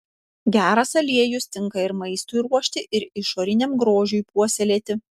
geras aliejus tinka ir maistui ruošti ir išoriniam grožiui puoselėti